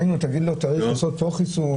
גם אם צריך לעשות פה חיסון